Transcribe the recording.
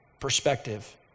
perspective